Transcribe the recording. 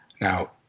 Now